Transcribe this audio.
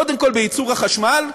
קודם כול בייצור החשמל,